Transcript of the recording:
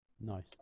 Nice